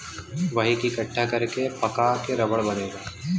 वही के इकट्ठा कर के पका क रबड़ बनेला